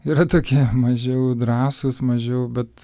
yra tokie mažiau drąsūs mažiau bet